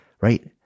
right